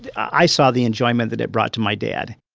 i saw the enjoyment that it brought to my dad